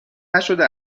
نشده